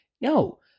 no